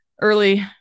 early